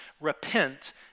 Repent